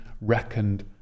reckoned